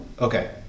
Okay